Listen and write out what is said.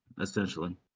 essentially